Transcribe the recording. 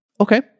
Okay